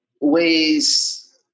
ways